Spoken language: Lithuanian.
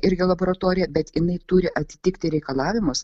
irgi laboratorija bet jinai turi atitikti reikalavimus